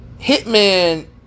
Hitman